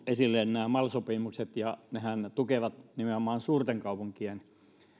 esille nämä mal sopimukset ja nehän tukevat nimenomaan suurten kaupunkien